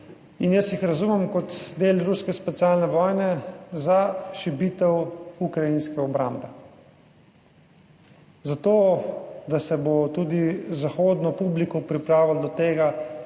in jaz jih razumem kot del ruske specialne vojne za šibitev ukrajinske obrambe, zato da se bo tudi zahodno publiko pripravilo do tega,